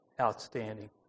Outstanding